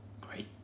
great